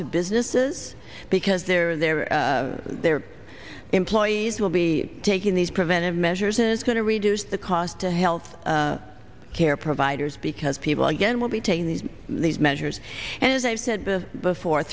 to businesses because their their their employees will be taking these preventive measures is going to reduce the cost to health care providers because people again will be taking these these measures and as i've said before